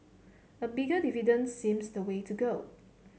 a bigger dividend seems the way to go